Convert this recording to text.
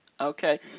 Okay